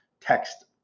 text